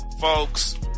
folks